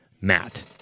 Matt